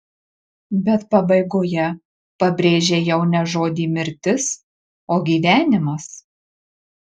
bet pabaigoje pabrėžei jau ne žodį mirtis o gyvenimas